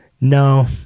No